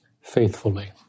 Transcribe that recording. faithfully